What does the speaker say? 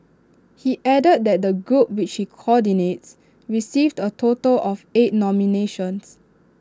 he added that the group which he coordinates received A total of eight nominations